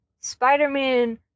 Spider-Man